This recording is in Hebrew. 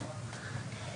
רק רציתי לוודא.